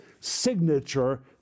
signature